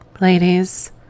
ladies